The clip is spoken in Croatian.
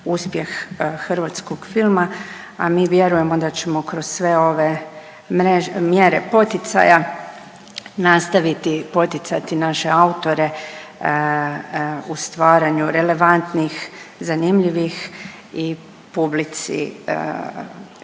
uspjeh hrvatskog filma, a mi vjerujemo da ćemo kroz sve ove mjere poticaja nastaviti poticati naše autore u stvaranju relevantnih, zanimljivih i publici